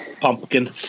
Pumpkin